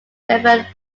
event